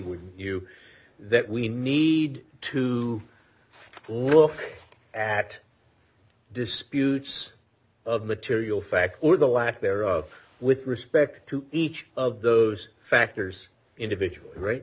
with you that we need to look at disputes of material fact or the lack thereof with respect to each of those factors individual right